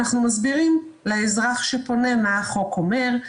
אנחנו מסבירים לאזרח שפונה מה החוק אומר,